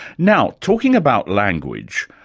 now, talking about language,